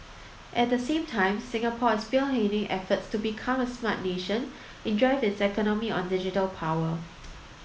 at the same time Singapore is spearheading efforts to become a smart nation and drive its economy on digital power